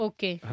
Okay